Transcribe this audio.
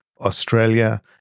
Australia